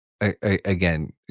again